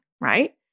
right